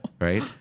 Right